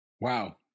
Wow